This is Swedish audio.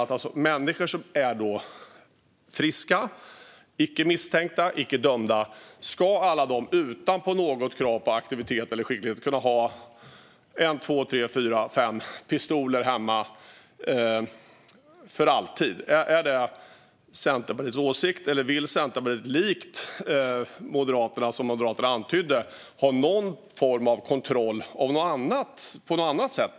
Ska människor som är friska, icke misstänkta och icke dömda utan något krav på aktivitet eller skicklighet kunna ha en, två, tre, fyra eller fem pistoler hemma för alltid? Är det Centerpartiets åsikt? Eller vill Centerpartiet likt det Moderaterna antydde ha någon form av kontroll på något annat sätt?